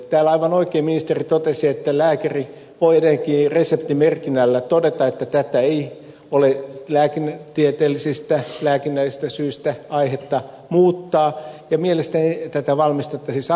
täällä aivan oikein ministeri totesi että lääkäri voi reseptimerkinnällä todeta että ei ole lääketieteellisistä lääkinnällisistä syistä aihetta muuttaa valmistetta apteekissa